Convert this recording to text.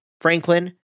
Franklin